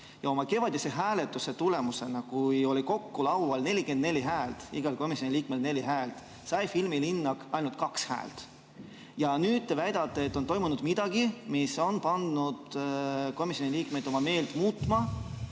ja kevadise hääletuse tulemusena, kui oli kokku laual 44 häält, igal komisjoni liikmel neli häält, sai filmilinnak ainult kaks häält. Ja nüüd te väidate, et on toimunud midagi, mis on pannud komisjoni liikmeid oma meelt muutma